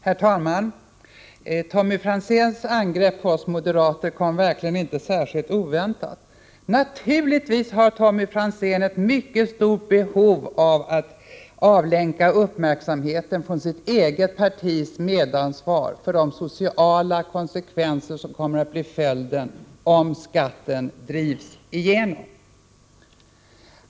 Herr talman! Tommy Franzéns angrepp på oss moderater kom verkligen inte särskilt oväntat. Naturligtvis har Tommy Franzén ett mycket stort behov av att avlänka uppmärksamheten från sitt eget partis medansvar för de sociala konsekvenser som kommer att bli följden om skatten drivs igenom.